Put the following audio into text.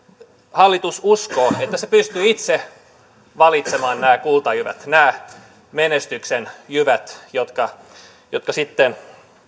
hallitus uskoo että se pystyy itse valitsemaan nämä kultajyvät nämä menestyksen jyvät jotka sitten